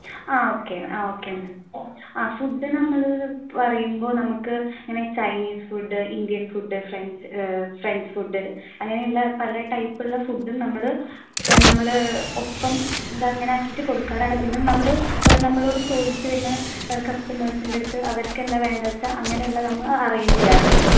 ആ ഓക്കെ ആ okay ma'am ആ ഫുഡ് നമ്മൾ പറയുമ്പോൾ നമുക്ക് ഇങ്ങനെ Chinese food Indian food French French food അങ്ങനെയുള്ള പല ടൈപ്പ് ഉള്ള ഫുഡും നമ്മൾ നമ്മൾ ഒപ്പം ഇത് അങ്ങനെ ആക്കിയിട്ട് കൊടുക്കാറാണ് പിന്നെ നമ്മൾ നമ്മളോട് ചോദിച്ച് വരുന്ന കസ്റ്റമേഴ്സിൻറെ അടുത്ത് അവർക്ക് എന്താണ് വേണ്ടത് വെച്ചാൽ അങ്ങനെയുള്ളത് നമ്മൾ അറേഞ്ച് ചെയ്യാറുണ്ട്